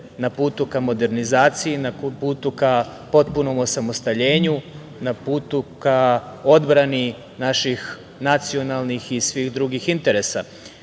na putu ka modernizaciji, na putu ka potpunom osamostaljenju, na putu ka odbrani naših nacionalnih i svih drugih interesa. Pomenuću